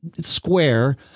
square